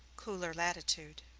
cooler latitude.